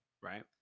right